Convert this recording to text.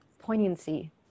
poignancy